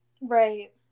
Right